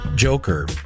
joker